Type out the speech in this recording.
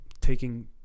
taking